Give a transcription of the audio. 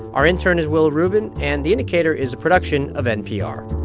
our intern is willa rubin, and the indicator is a production of npr